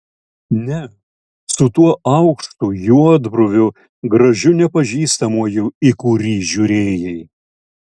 ne su tuo aukštu juodbruviu gražiu nepažįstamuoju į kurį žiūrėjai